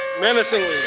Menacingly